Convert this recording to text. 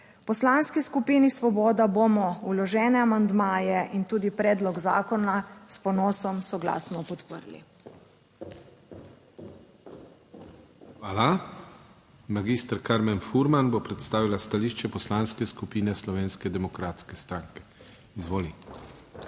Poslanski skupini Svoboda bomo vložene amandmaje in tudi predlog zakona s ponosom soglasno podprli. **PODPREDSEDNIK DANIJEL KRIVEC:** Hvala. Magister Karmen Furman bo predstavila stališče Poslanske skupine Slovenske demokratske stranke. Izvoli.